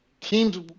Teams